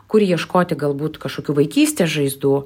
kur ieškoti galbūt kažkokių vaikystės žaizdų